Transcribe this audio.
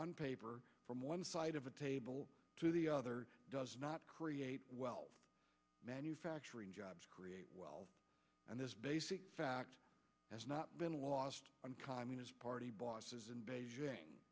on paper from one side of a table to the other does not create wealth manufacturing jobs create wealth and this basic fact has not been lost on communist party bosses